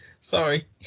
sorry